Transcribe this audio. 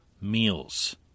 meals